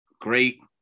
great